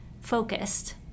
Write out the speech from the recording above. focused